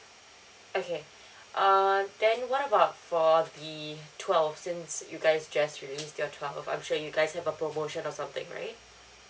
okay err then what about for the twelve since you guys just released your twelve I'm sure you guys have a promotion or something right